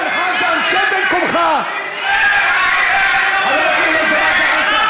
אנחנו עדים למהפכה חברתית שנמצאת בעיצומה: